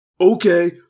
Okay